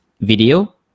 video